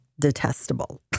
detestable